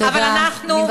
אבל אנחנו, תודה.